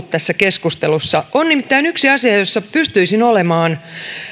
tässä keskustelussa on nimittäin yksi asia jossa pystyisin olemaan